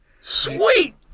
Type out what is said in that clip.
Sweet